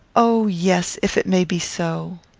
oh yes if it may be so.